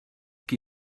qui